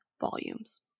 volumes